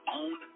own